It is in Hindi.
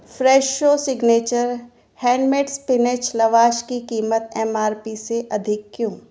Fresho signature handmade spinach lavash की कीमत एम आर पी से अधिक क्यों